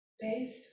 based